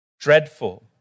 Dreadful